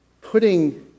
putting